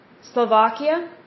Slovakia